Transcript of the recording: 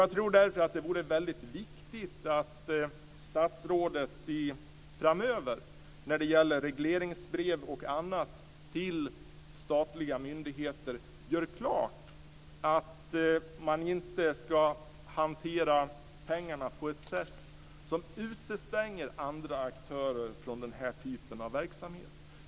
Jag tror därför att det vore väldigt viktigt om statsrådet framöver när det gäller regleringsbrev och annat till statliga myndigheter gör klart att man inte ska hantera pengarna på ett sätt som utestänger andra aktörer från den här typen av verksamhet.